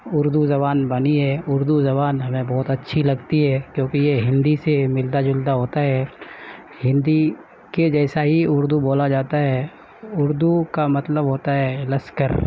اردو زبان بنی ہے اردو زبان ہمیں بہت اچھی لگتی ہے کیونکہ یہ ہندی سے ملتا جلتا ہوتا ہے ہندی کے جیسا ہی اردو بولا جاتا ہے اردو کا مطلب ہوتا ہے لشکر